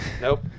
nope